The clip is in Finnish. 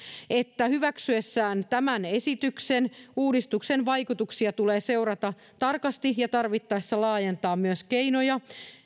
hyväksyessään tämän esityksen että uudistuksen vaikutuksia tulee seurata tarkasti ja tarvittaessa laajentaa myös keinoja